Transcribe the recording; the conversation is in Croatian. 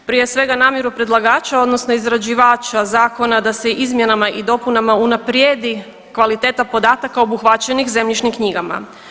Prije svega namjeru predlagača odnosno izrađivača zakona da se izmjenama i dopunama unaprijedi kvaliteta podataka obuhvaćenih zemljišnim knjigama.